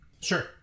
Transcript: Sure